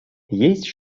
есть